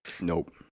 Nope